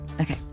Okay